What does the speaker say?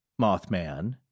Mothman